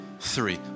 Three